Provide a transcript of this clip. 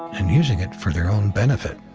and using it for their own benefit.